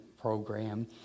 program